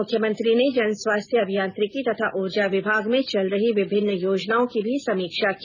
मुख्यमंत्री ने जन स्वास्थ्य अभियांत्रिकी तथा ऊर्जा विभाग में चल रही विभिन्न योजनाओं की भी समीक्षा की